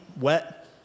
wet